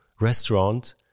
restaurant